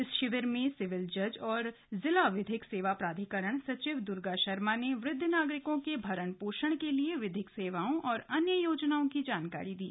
इस शिविर में सिविल जज और जिला विधिक सेवा प्राधिकरण सचिव दुर्गा शर्मा ने वृद्ध नागरिकों के भरण पोषण के लिए विधिक सेवाओं और अन्य योजनाओं की जानकारी दी